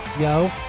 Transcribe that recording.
yo